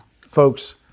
folks